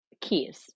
keys